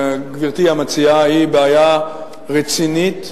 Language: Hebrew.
גברתי המציעה, היא בעיה רצינית,